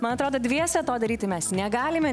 man atrodo dviese to daryti mes negalime